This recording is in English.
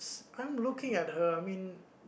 I'm looking at her I mean